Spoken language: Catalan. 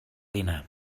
dinar